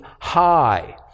high